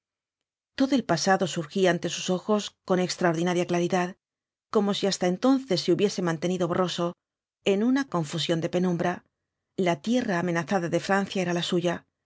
todo el pasado surgía ante sus ojos con extraordiria claridad como si hasta entonces se hubiese mantenido borroso en una confusión de penumbra la tierra amenazada de francia era la suya